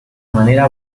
manera